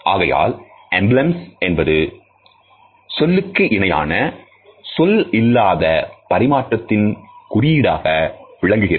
ஆகையால் எம்பிளம்ஸ் என்பது சொல்லுக்கு இணையான சொல் இல்லாத பரிமாற்றத்தின் குறியீடாக விளங்குகிறது